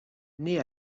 née